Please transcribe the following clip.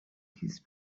his